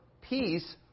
peace